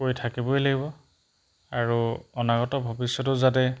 কৰি থাকিবই লাগিব আৰু অনাগত ভৱিষ্যতো যাতে